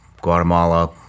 Guatemala